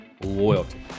loyalty